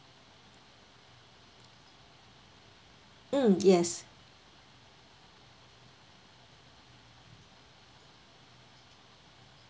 mm yes